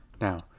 Now